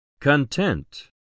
Content